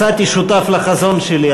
מצאתי שותף לחזון שלי,